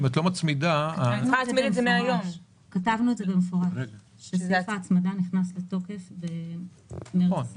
אם את לא מצמידה --- כתבנו במפורש שסעיף ההצמדה נכנס לתוקף ב-2024.